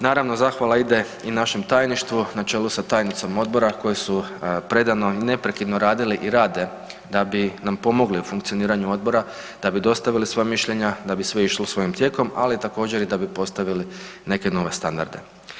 Naravno, zahvala ide i našem tajništvu na čelu sa tajnicom Odbora koje su predano i neprekidno radili i rade da ni na pomogli u funkcioniranju odbora da bi dostavili svoja mišljenja, da bi sve išlo svojim tijekom ali također i da bi postavili neke nove standarde.